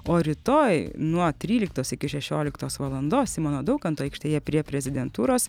o rytoj nuo tryliktos iki šešioliktos valandos simono daukanto aikštėje prie prezidentūros